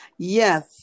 Yes